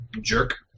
jerk